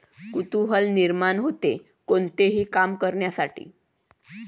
कुतूहल निर्माण होते, कोणतेही काम करण्यासाठी